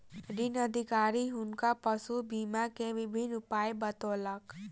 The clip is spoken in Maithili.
ऋण अधिकारी हुनका पशु बीमा के विभिन्न उपाय बतौलक